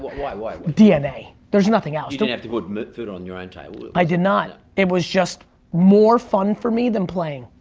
why, why? dna. there's nothing else. you didn't have to put food on your own table? i did not, it was just more fun for me than playing.